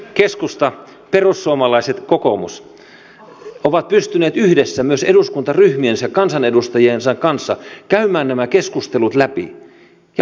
keskusta perussuomalaiset kokoomus ovat pystyneet yhdessä myös eduskuntaryhmiensä kansanedustajien kanssa käymään nämä keskustelut läpi ja hakemaan sen linjan